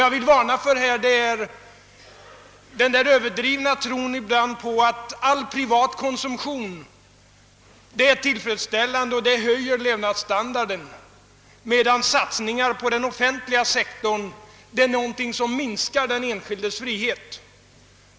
Jag vill varna för den överdrivna tron på att all privat konsumtion är tillfredsställande och höjer levnadsstandarden, medan satsningar på den offentliga sektorn minskar den enskildes frihet.